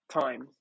Time